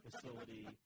facility